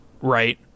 Right